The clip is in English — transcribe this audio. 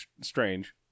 strange